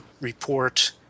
report